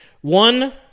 one